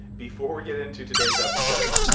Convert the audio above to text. before we get into today's episode,